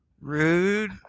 Rude